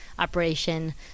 Operation